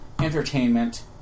entertainment